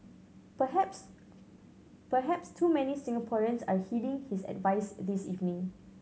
perhaps perhaps too many Singaporeans are heeding his advice this evening